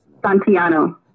santiano